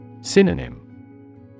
Synonym